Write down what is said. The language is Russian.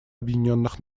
объединенных